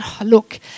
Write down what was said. look